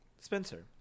Spencer